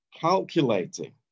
calculating